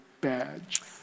badge